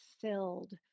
filled